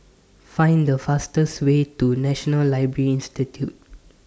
Find The fastest Way to National Library Institute